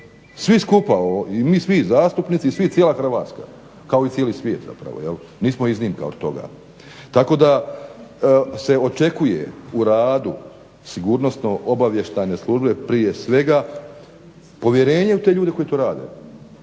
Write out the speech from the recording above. Svi skupa, i mi svi zastupnici i svi, cijela Hrvatska, kao i cijeli svijet zapravo, nismo iznimka od toga. Tako da se očekuje u radu sigurnosno-obavještajne službe prije svega povjerenje u te ljude koji to rade.